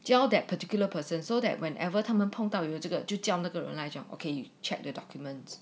教 that particular person so that whenever 他们碰到有这个就酱的各种来讲 okay check the documents